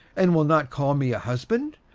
and will not call me husband?